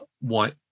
white